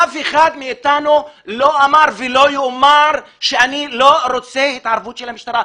אף אחד מאתנו לא אמר ולא יאמר שאני לא רוצה התערבות של המשטרה.